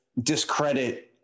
discredit